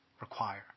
require